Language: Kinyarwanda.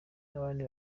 nabandi